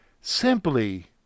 simply